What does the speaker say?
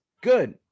Good